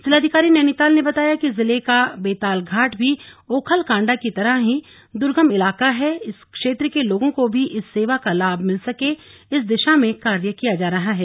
जिलाधिकारी नैनीताल ने बताया कि जिले का बेतालघाट भी ओखलकाण्डा की तरह ही दुर्गम इलाका है इस क्षेत्र के लोगों को भी इस सेवा का लाभ मिल सके इस दिशा में कार्य किया जा रहा है